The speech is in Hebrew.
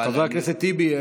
אבל חבר הכנסת טיבי,